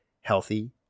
healthy